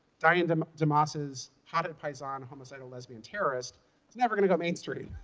dianne um dimassa's hothead, paisan, homicidal, lesbian terrorist is never going to go mainstream.